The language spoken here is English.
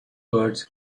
words